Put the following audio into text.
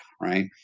right